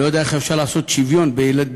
אני לא יודע איך אפשר לעשות שוויון בין